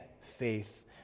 faith